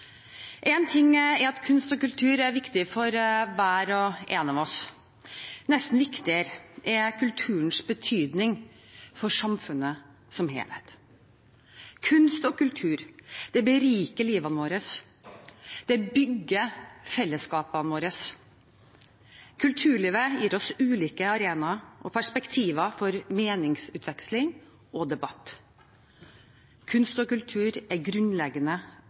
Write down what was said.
en av oss, men nesten viktigere er kulturens betydning for samfunnet som helhet. Kunst og kultur beriker livet vårt, det bygger fellesskapet vårt. Kulturlivet gir oss ulike arenaer og perspektiver for meningsutveksling og debatt. Kunst og kultur er grunnleggende